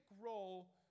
role